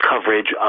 Coverage